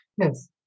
Yes